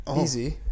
Easy